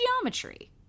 geometry